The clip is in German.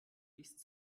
liest